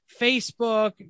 Facebook